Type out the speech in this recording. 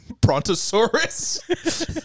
brontosaurus